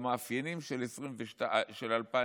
במאפיינים של 2002,